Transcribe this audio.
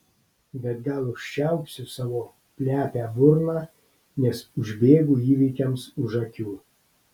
bet gal užčiaupsiu savo plepią burną nes užbėgu įvykiams už akių